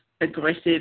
aggressive